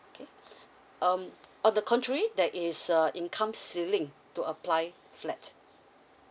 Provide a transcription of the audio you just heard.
okay um on the contrary there is a income ceiling to apply flat